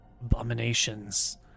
abominations